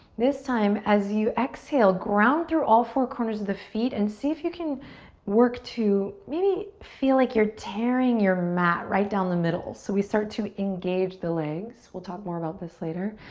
this time, as you exhale, ground through all four corners of the feet and see if you can work to maybe feel like you're tearing your mat right down the middle. so we start to engage the legs. we'll talk more about this later.